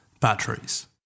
batteries